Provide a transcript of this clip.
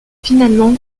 finalement